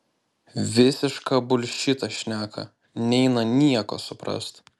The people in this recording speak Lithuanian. visišką bulšitą šneka neina nieko suprast